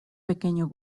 pequeño